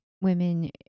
women